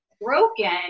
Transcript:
broken